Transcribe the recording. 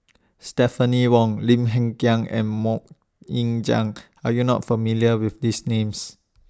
Stephanie Wong Lim Hng Kiang and Mok Ying Jang Are YOU not familiar with These Names